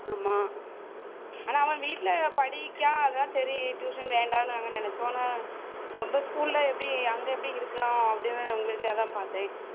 ஆமாம் ஆனால் அவன் வீட்டில் படிக்கான் அதான் சரி டியூஷன் வேண்டாம்னு நாங்கள் நெனைச்சோம் ஆனால் ரொம்ப ஸ்கூலில் எப்படி அங்கே எப்படி இருக்கான் அப்படினு உங்களுக்கு அதான் பார்த்தேன்